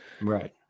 Right